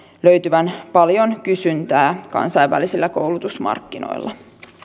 löytyvän paljon kysyntää kansainvälisillä koulutusmarkkinoilla